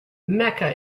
mecca